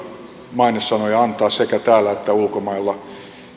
mainesanoja antaa sekä täällä että ulkomailla